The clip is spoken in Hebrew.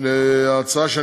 בשם